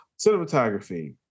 Cinematography